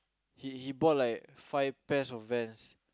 he he bought like five pairs of Vans